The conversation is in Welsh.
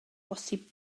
posib